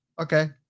Okay